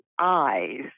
eyes